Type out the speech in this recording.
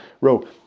row